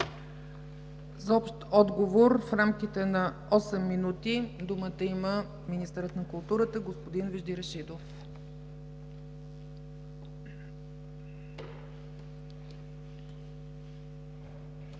За общ отговор в рамките на осем минути думата има министърът на културата господин Вежди Рашидов.